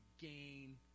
gain